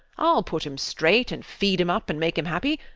i'll put him straight, and feed him up and make him happy.